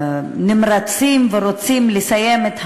נמרצים ורוצים לסיים את המלאכה.